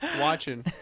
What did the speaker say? watching